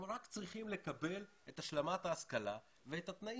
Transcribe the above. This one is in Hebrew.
הם רק צריכים לקבל את השלמת ההשכלה ואת התנאים.